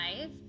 five